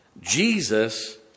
Jesus